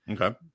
okay